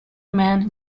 man